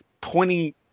pointing